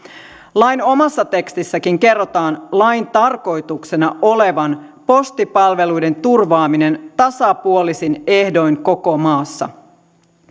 lain omassa tekstissäkin kerrotaan lain tarkoituksena olevan postipalveluiden turvaaminen tasapuolisin ehdoin koko maassa